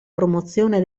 promozione